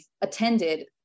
attended